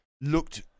looked